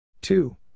two